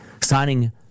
signing